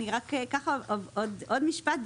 רק עוד משפט,